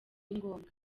ngombwa